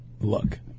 Look